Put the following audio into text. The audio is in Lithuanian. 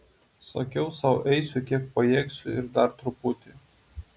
sakiau sau eisiu kiek pajėgsiu ir dar truputį